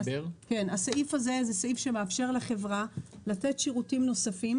זה סעיף שמאפשר לחברה לתת שירותים נוספים